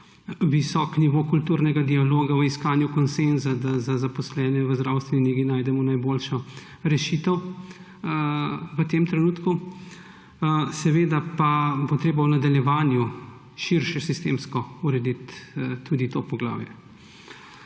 visok nivo kulturnega dialoga v iskanju konsenza, da za zaposlene v zdravstveni negi najdemo najboljšo rešitev v tem trenutku. Seveda pa bo treba v nadaljevanju širše sistemsko urediti tudi to poglavje.